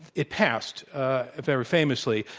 it passed very famously.